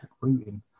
recruiting